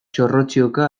txorrotxioka